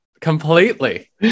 completely